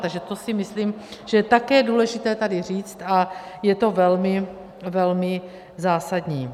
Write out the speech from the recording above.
Takže to si myslím, že je také důležité tady říct a je to velmi zásadní.